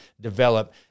develop